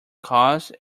caused